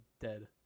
dead